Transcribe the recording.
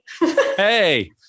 hey